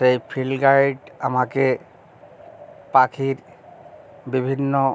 এই field guide আমাকে পাখির বিভিন্ন